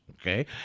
okay